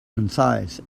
concise